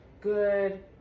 good